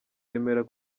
remera